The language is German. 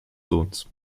sohnes